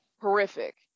horrific